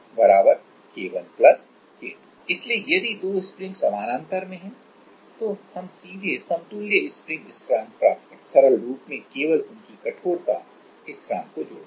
इसलिए यदि दो स्प्रिंग्स समानांतर में हैं तो हम सीधे समतुल्य स्प्रिंग स्थिरांक प्राप्त कर सकते हैं सरल रूप में केवल उनकी कठोरता स्थिरांक को जोड़कर